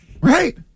Right